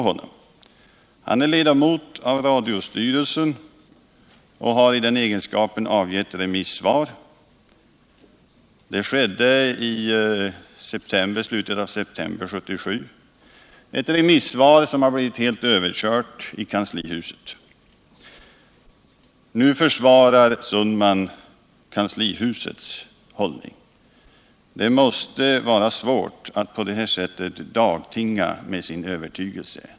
Han är ledamot av radiostyrelsen och har i den egenskapen avgivit ett remissvar — det skedde i slutet av september 1977 — som har blivit helt överkört i kanslihuset. Nu försvarar han kanslihusets hållning. Det måste vara svårt att på det här sättet dagtinga med sin övertygelse.